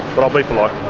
but i'll be polite!